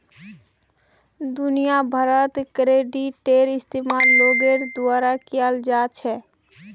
दुनिया भरत क्रेडिटेर इस्तेमाल लोगोर द्वारा कियाल जा छेक